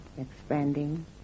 expanding